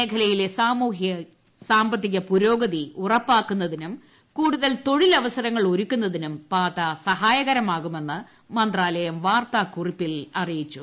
മേഖലയിലെ സാമൂഹ്യ സാമ്പത്തിക പുരോഗതി ഉറപ്പാക്കുന്നതിനും കൂടുതൽ തൊഴിൽ അവസരങ്ങൾ ഒരുക്കുന്നതിനും പാത സഹായകരമാകുമെന്ന് മന്ത്രാലയം വാർത്താകുറിപ്പിൽ അറിയിച്ചു